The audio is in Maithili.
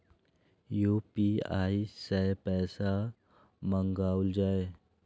यू.पी.आई सै पैसा मंगाउल जाय?